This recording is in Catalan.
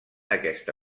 aquesta